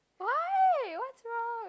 why what's wrong